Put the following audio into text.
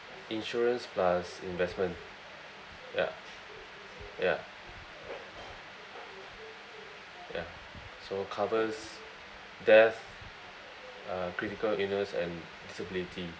insurance plus investment ya ya ya so covers death uh critical illness and disability